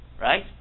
right